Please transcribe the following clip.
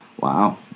Wow